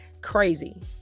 crazy